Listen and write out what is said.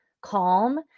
calm